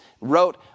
wrote